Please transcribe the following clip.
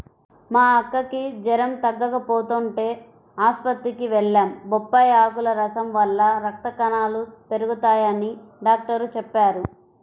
మా అక్కకి జెరం తగ్గకపోతంటే ఆస్పత్రికి వెళ్లాం, బొప్పాయ్ ఆకుల రసం వల్ల రక్త కణాలు పెరగతయ్యని డాక్టరు చెప్పారు